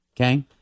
Okay